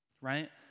right